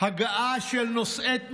בהגעה של נושאת מטוסים,